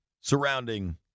surrounding